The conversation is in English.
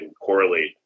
correlate